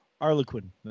Arlequin